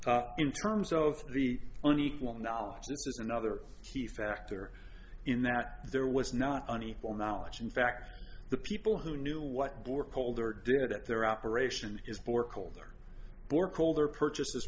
in terms of the only equal knowledge this is another key factor in that there was not an equal knowledge in fact the people who knew what gore colder did at their operation is for colder or colder purchase